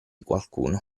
qualcuno